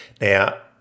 Now